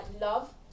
love